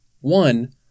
One